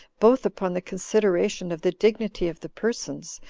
both upon the consideration of the dignity of the persons,